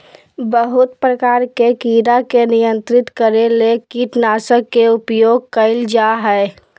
बहुत प्रकार के कीड़ा के नियंत्रित करे ले कीटनाशक के उपयोग कयल जा हइ